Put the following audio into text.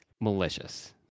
malicious